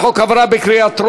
ההצעה עברה בקריאה טרומית,